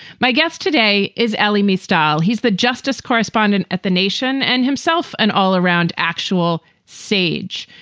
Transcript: my guest today is alimi style. he's the justice correspondent at the nation and himself an all around actual sage.